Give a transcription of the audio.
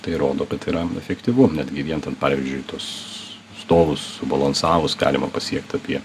tai rodo kad tai yra efektyvu net gi vien ten pavyzdžiui tuos stovus subalansavus galima pasiekt apie